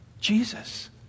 Jesus